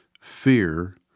fear